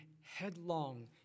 headlong